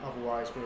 otherwise